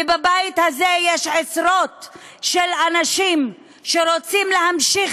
ובבית הזה יש עשרות אנשים שרוצים להמשיך